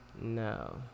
No